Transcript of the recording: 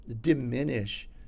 diminish